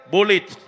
Bullet